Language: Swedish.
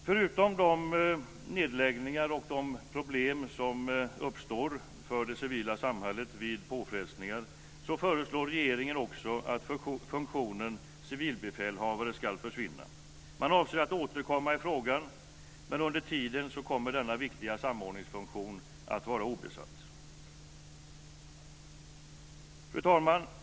Förutom de nedläggningar och de problem som uppstår för det civila samhället vid påfrestningar föreslår regeringen att funktionen civilbefälhavare ska försvinna. Man avser att återkomma i frågan, men under tiden kommer denna viktiga samordningsfunktion att vara obesatt. Fru talman!